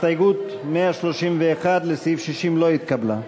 הסתייגות 131 לסעיף 60 לא התקבלה.